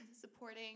supporting